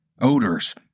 odors